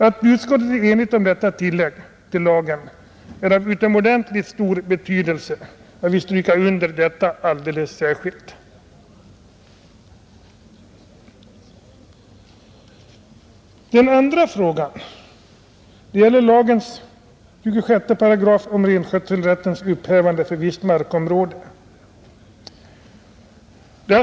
Att utskottet har blivit enigt om detta tillägg till lagen är av utomordentligt stor betydelse. Jag vill stryka under det alldeles särskilt. Den andra frågan gäller lagens 26 § om renskötselrättens upphävande för visst markområde.